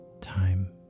time